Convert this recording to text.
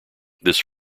this